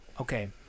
okay